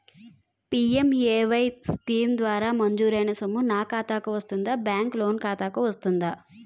PMAY scheme ద్వారా మంజూరైన సొమ్ము నా ఖాతా కు వస్తుందాబ్యాంకు లోన్ ఖాతాకు వస్తుందా?